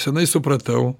senai supratau